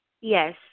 Yes